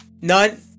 None